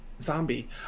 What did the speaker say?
Zombie